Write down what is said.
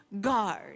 Guard